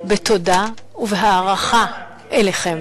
בתודה ובהערכה אליכם,